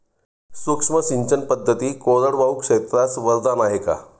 सूक्ष्म सिंचन पद्धती कोरडवाहू क्षेत्रास वरदान आहे का?